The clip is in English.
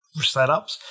setups